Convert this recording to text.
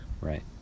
right